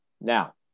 now